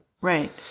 Right